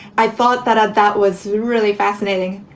i thought that that was really fascinating.